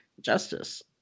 justice